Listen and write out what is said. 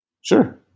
Sure